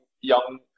young